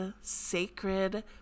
sacred